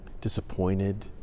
disappointed